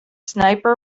sniper